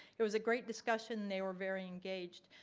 it was a great discussion they were very engaged.